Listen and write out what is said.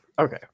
Okay